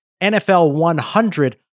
NFL100